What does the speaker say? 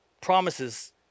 promises